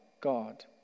God